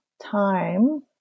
time